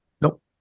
Nope